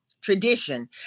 tradition